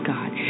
God